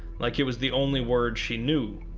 like it was the only word she knew.